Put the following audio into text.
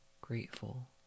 Grateful